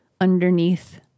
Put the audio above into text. underneath